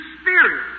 spirit